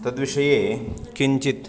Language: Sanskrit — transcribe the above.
तद्विषये किञ्चित्